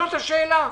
זו השאלה.